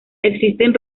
existen